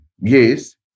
Yes